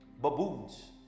Baboons